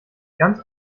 ganz